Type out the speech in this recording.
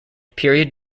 period